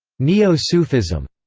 neo-sufism,